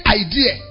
idea